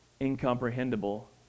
incomprehensible